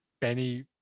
Benny